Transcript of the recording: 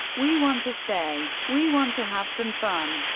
we want to stay. we want to have some fun.